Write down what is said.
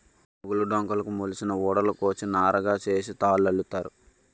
మొగులు డొంకలుకు మొలిసిన ఊడలు కోసి నారగా సేసి తాళల్లుతారు